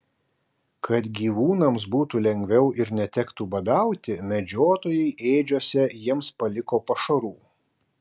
kad gyvūnams būtų lengviau ir netektų badauti medžiotojai ėdžiose jiems paliko pašarų